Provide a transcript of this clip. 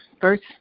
first